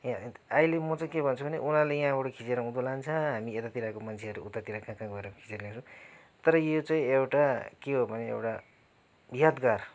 यहाँ अहिले म चाहिँ के भन्छु भने उनीहरूले यहाँबाट खिचेर लान्छ हामी यतातिरको मान्छे उतातिर कहाँ कहाँ गएर खिचेर ल्याउछौँ तर यो चाहिँ एउटा के हो भने एउटा यादगार